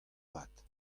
avat